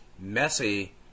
messy